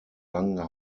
langen